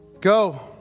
Go